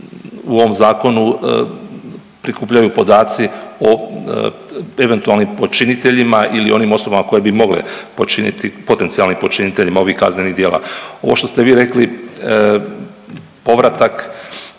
u ovom zakonu prikupljaju podaci o eventualnim počiniteljima ili onim osobama koje bi mogle počiniti, potencijalnim počiniteljima ovih kaznenih djela. Ovo što ste vi rekli povratak